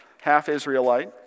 half-Israelite